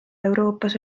euroopas